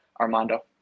Armando